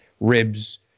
ribs